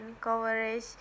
coverage